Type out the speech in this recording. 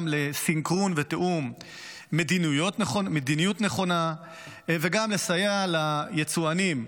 גם לסנכרון ותיאום מדיניות נכונה וגם לסייע ליצואנים,